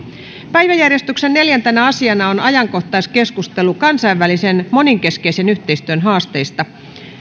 päiväjärjestyksen neljäntenä asiana on ajankohtaiskeskustelu kansainvälisen monenkeskisen yhteistyön haasteista